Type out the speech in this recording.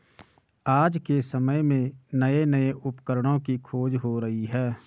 आज के समय में नये नये उपकरणों की खोज हो रही है